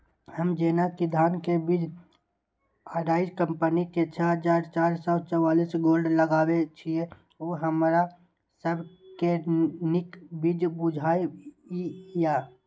हम जेना कि धान के बीज अराइज कम्पनी के छः हजार चार सौ चव्वालीस गोल्ड लगाबे छीय उ हमरा सब के नीक बीज बुझाय इय?